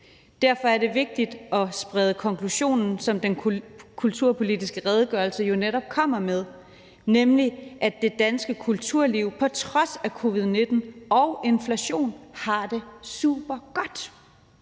Derfor er det vigtigt at sprede konklusionen, som den kulturpolitiske redegørelse jo netop kommer med, nemlig at det danske kulturliv på trods af covid-19 og inflation har det supergodt.